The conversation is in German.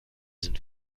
sind